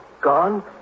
gone